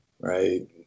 Right